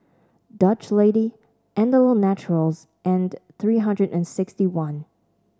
Dutch Lady Andalou Naturals and three hundred and sixty one